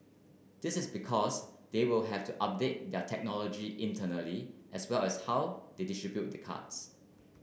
this is because they will have to update their technology internally as well as how they distribute the cards